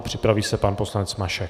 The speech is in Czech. Připraví se pan poslanec Mašek.